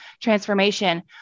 transformation